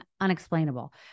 unexplainable